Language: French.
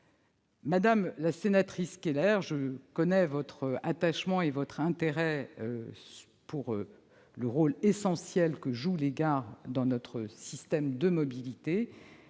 Madame la sénatrice Keller, je connais votre attachement et votre intérêt pour le rôle essentiel que jouent les gares dans notre système de mobilité.